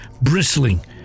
bristling